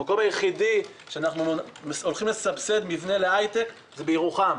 שבו אנחנו הולכים לסבסד מבנה להייטק הוא ירוחם.